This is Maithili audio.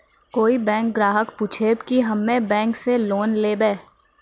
कोई बैंक ग्राहक पुछेब की हम्मे बैंक से लोन लेबऽ?